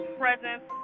presence